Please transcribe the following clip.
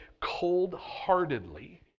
cold-heartedly